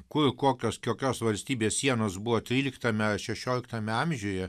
kur kokios kokios valstybės sienos buvo tryliktame šešioliktame amžiuj